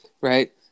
Right